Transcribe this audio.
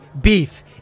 beef